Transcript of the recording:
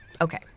Okay